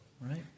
right